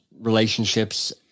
relationships